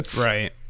Right